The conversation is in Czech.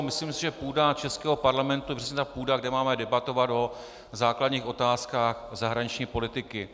Myslím si, že půda českého parlamentu je přesně ta půda, kde máme debatovat o základních otázkách zahraniční politiky.